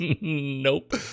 Nope